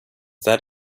that